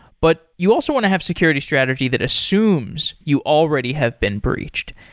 but you also want to have security strategy that assumes you already have been breached.